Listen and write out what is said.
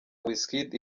wizkid